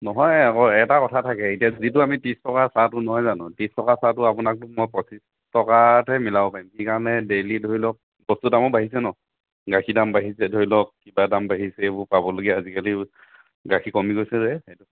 নহয় আকৌ এটা কথা থাকে এতিয়া যিটো আমি ত্ৰিছ টকা চাহটো নহয় জানো ত্ৰিছ টকাৰ চাহটো আপোনাকতো মই পঁচিছ টকাতহে মিলাব পাৰিম কি কাৰণে ডেইলী ধৰি লওক বস্তুৰ দামো বাঢ়িছে ন গাখীৰ দামো বাঢ়িছে ধৰি লওক কিবা দাম বাঢ়িছে এইবোৰ পাবলগীয়া আজিকালি গাখীৰ কমি গৈছে যে সেইটো